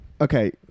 okay